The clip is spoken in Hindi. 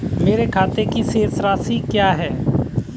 मेरे खाते की शेष राशि क्या है?